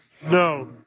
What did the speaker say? No